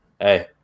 hey